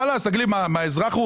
תודה רבה, אדוני היושב-ראש.